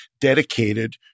dedicated